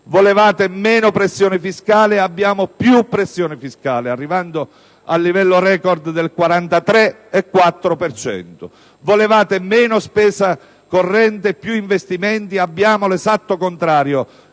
Volevate meno pressione fiscale e abbiamo più pressione fiscale (arrivando al livello record del 43,4 per cento). Volevate meno spesa corrente e più investimenti e abbiamo l'esatto contrario